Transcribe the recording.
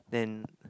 then